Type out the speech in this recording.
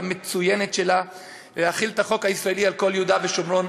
המצוינת שלה להחיל את החוק הישראלי על כל יהודה ושומרון.